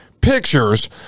pictures